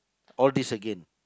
all these again